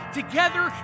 together